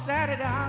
Saturday